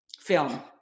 film